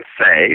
say